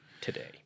today